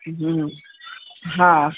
हम्म हा